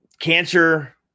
cancer